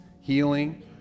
healing